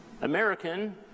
American